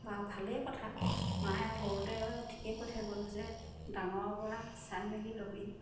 বা ভালেই কথা মায়ে আৰু সৰুতে ঠিকেই কৈ থৈ গ'ল যে ডাঙৰৰপৰা চাই মেলি ল'বি